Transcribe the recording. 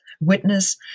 witness